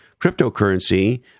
cryptocurrency